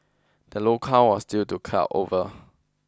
the low count was due to cloud over